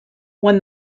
when